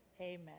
Amen